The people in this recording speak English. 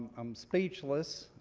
i'm speechless